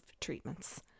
treatments